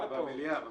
במליאה.